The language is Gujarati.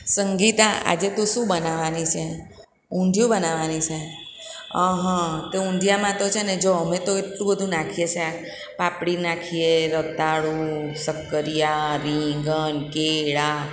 સંગીતા આજે તું શું બનાવાની છે ઊંધિયું બનાવાની છે તે ઊંધિયાંમાંતો છે ને જો અમે તો એટલું બધું નાખીએ છીએ પાપડી નાખીએ રતાળુ સક્કરિયા રીંગણ કેળાં